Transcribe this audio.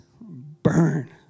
burn